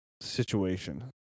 situation